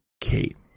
Kate